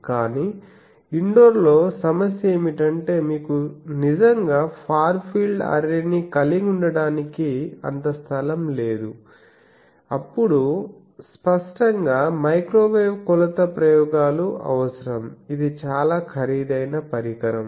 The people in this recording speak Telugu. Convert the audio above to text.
కానీ ఇండోర్ లో సమస్య ఏమిటంటే మీకు నిజంగా ఫార్ ఫీల్డ్ అర్రేని కలిగి ఉండటానికి అంత స్థలం లేదు అప్పుడు స్పష్టంగా మైక్రోవేవ్ కొలత ప్రయోగాలు అవసరం ఇది చాలా ఖరీదైన పరికరం